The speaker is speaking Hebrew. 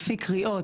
לפי קריאות,